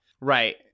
right